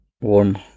warm